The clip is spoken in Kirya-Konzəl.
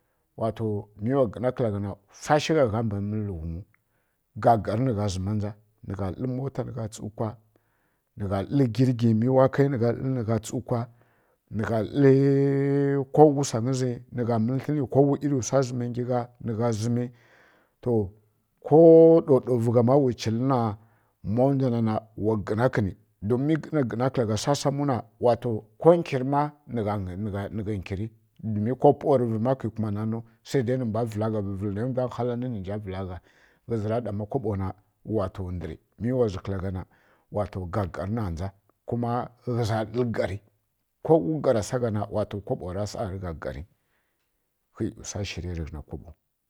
Wa to mǝ wa ginǝ kǝlǝgha swashǝ gha gha mbanǝ mǝlǝ gari nǝ gha nja na gha mota nǝ gha tsu kwa nǝ gha girgi nǝ gha tsu kwa mǝ wa kǝyi ga lǝr girgi nǝ gha tlǝr ko wa swangǝ zǝ nǝ gha mǝl tlǝn nǝ ko wa wi ri swa zǝmǝngǝ sǝghǝgha nǝ zǝmǝ ko duw duw fa ma wǝ cila na ma nda wa gina kǝni domin gina kala gha samsam na ko kǝri ma nagha kǝri ko pawa tǝ vǝma kǝ kum ma na nu nǝ mbwa vǝlǝgha vǝl ma nda ghǝla nǝ mbwa vǝl gha ghǝzǝ ra ɗa ma kobo na wa to ndǝr mǝ wa zǝ kǝla gha ndǝr wa to gagari nja ma ghǝzǝ tlǝr gari ma ghara ko wǝ gha ra sa gha kobo ra swa na sa gari hyi swa shǝriya tǝ ghǝna kobo